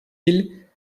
îles